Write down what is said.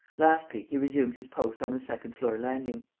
lastly, he resumed his post on the second-floor landing.